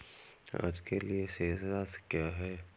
आज के लिए शेष राशि क्या है?